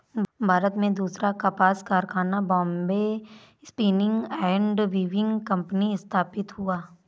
भारत में दूसरा कपास कारखाना Bombay spinning and weaving company स्थापित हुआ